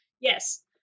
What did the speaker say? Yes